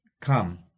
come